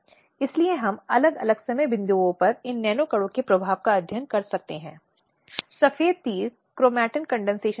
इसलिए कुछ दिशानिर्देश जो निर्धारित किए गए थे जो कि बचाव परिषदों को गवाहों के अनावश्यक दुरुपयोग और उत्पीड़न से बचने के लिए स्वीकार किये गए हैं